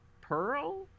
Pearl